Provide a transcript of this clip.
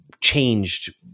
changed